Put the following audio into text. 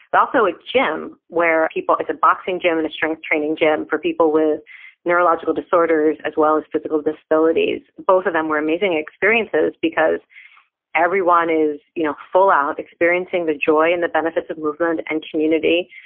but also a gym where people, it's a boxing gym and a strength training gym for people with neurological disorders as well as physical disabilities. both of them were amazing experiences because everyone is you know full out, experiencing the joy and the benefits of movement and community,